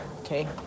Okay